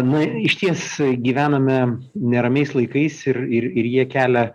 na išties gyvename neramiais laikais ir ir ir jie kelia